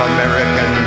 American